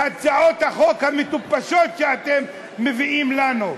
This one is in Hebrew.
בהצעות החוק המטופשות שאתם מביאים לנו.